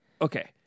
Okay